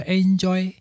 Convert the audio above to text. enjoy